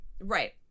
Right